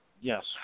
Yes